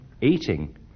eating